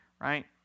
Right